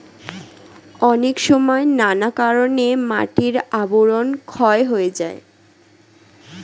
অনেক সময় নানা কারণে মাটির আবরণ ক্ষয় হয়ে যায়